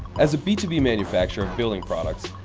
as a b two b manufacturer of building products,